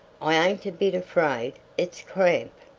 i ain't a bit afraid. it's cramp.